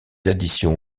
additions